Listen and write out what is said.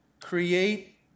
create